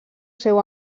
seu